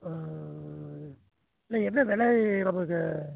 இல்லை என்ன விலை நம்மளுக்கு